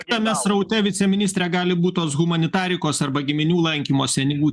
tame sraute viceministre gali būti tos humanitarikos arba giminių lankymo senyvų